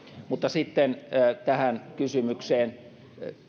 mutta sitten tähän kysymykseen